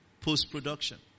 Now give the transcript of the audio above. post-production